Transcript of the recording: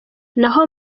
naho